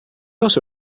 also